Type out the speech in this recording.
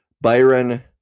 Byron